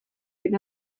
with